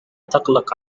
تقلق